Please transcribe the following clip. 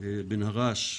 בן הרש,